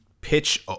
pitch